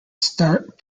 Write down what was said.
start